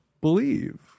believe